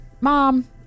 mom